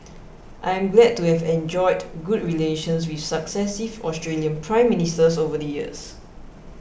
I am glad to have enjoyed good relations with successive Australian Prime Ministers over the years